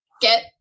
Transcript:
get